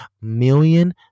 million